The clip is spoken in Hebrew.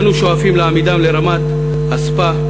אנו שואפים להעמידם על רמת הספא,